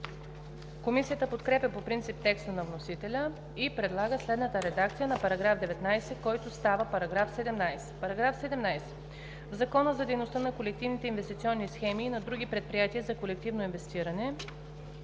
Комисията подкрепя по принцип текста на вносителя и предлага следната редакция на §19, който става § 17: „§ 17. В Закона за дейността на колективните инвестиционни схеми и на други предприятия за колективно инвестиране